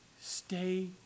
Stay